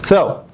so,